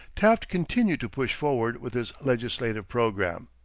taft continued to push forward with his legislative program.